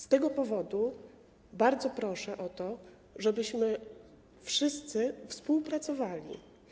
Z tego powodu bardzo proszę o to, żebyśmy wszyscy współpracowali.